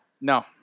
No